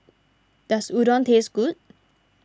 does Udon taste good